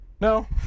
No